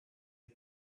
you